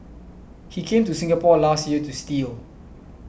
he came to Singapore last year to steal